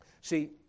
See